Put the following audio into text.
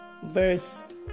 Verse